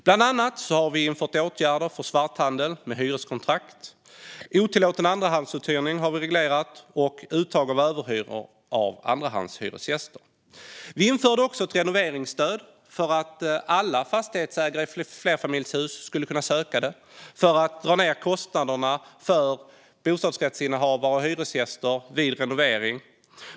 Bland annat har vi vidtagit åtgärder mot svarthandel med hyreskontrakt, otillåten andrahandsuthyrning och uttag av överhyror av andrahandshyresgäster. Vi införde också ett renoveringsstöd som alla fastighetsägare av flerfamiljshus kunde söka. Syftet var att dra ned kostnaderna för bostadsrättsinnehavare och hyresgäster vid renovering.